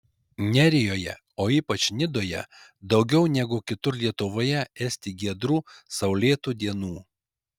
nerijoje o ypač nidoje daugiau negu kitur lietuvoje esti giedrų saulėtų dienų